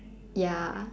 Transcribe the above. ya